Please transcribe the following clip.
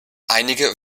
einige